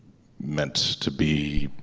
meant to be.